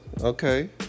Okay